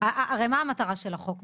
הרי מה המטרה של החוק?